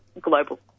global